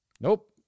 Nope